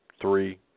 three